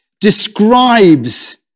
describes